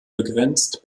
begrenzt